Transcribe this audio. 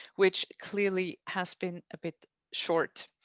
which clearly has been a bit short,